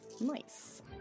Nice